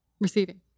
Receiving